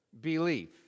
belief